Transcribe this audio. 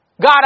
God